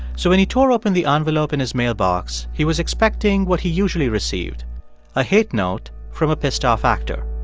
so when he tore open the envelope in his mailbox, he was expecting what he usually received a hate note from a pissed-off actor.